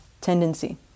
tendency